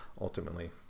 ultimately